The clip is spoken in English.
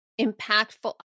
impactful